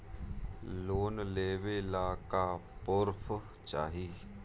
Loan लेवे ला का पुर्फ चाही?